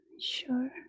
Sure